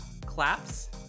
claps